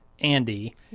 Andy